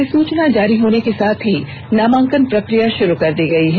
अधिसूचना जारी होने के साथ ही नामांकन प्रक्रिया ष्रू कर दी गई है